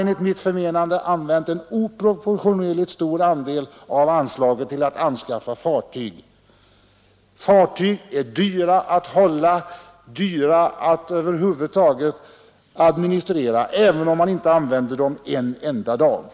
Enligt mitt förmenande har tullen använt en oproportionerligt stor andel av anslaget till anskaffning av fartyg, som är dyra att hålla och administrera om man också inte använder dem en enda dag.